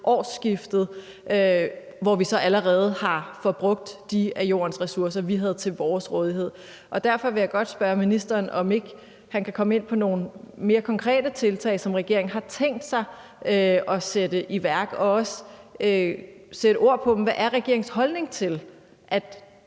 årsskiftet, hvor vi så allerede har forbrugt de af jordens ressourcer, vi har til vores rådighed. Derfor vil jeg godt spørge ministeren, om han ikke kan komme ind på nogle mere konkrete tiltag, som regeringen har tænkt sig at sætte i værk, og også sætte ord på, hvad der er regeringens holdning til, at